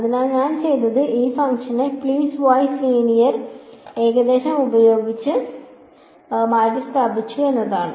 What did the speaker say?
അതിനാൽ ഞാൻ ചെയ്തത് ഈ ഫംഗ്ഷനെ പീസ് വൈസ് ലീനിയർ ഏകദേശം ഉപയോഗിച്ച് മാറ്റിസ്ഥാപിച്ചു എന്നതാണ്